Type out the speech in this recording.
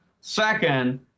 Second